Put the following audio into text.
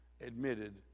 admitted